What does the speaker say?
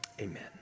Amen